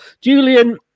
Julian